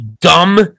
dumb